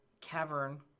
cavern